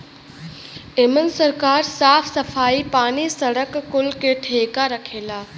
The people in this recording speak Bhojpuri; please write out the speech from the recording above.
एमन सरकार साफ सफाई, पानी, सड़क कुल के ठेका रखेला